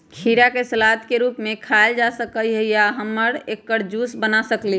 खीरा के सलाद के रूप में खायल जा सकलई ह आ हम एकर जूस बना सकली ह